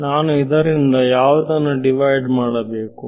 ನಾನು ಇದರಿಂದ ಯಾವುದನ್ನು ಡಿವೈಡ್ ಮಾಡಬೇಕು